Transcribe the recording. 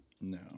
No